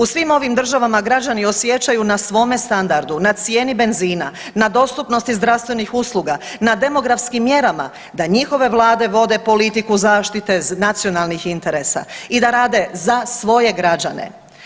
U svim ovim državama građani osjećaju na svome standardu, na cijeni benzina, na dostupnosti zdravstvenih usluga, na demografskim mjerama da njihove vlade vode politiku zaštite nacionalnih interesa i da rade za svoje građane.